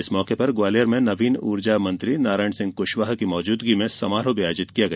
इस मौके पर ग्वालियर में नवीन ऊर्जा मंत्री नारायण सिंह कुशवाह की मौजूदगी में समारोह भी आयोजित किया गया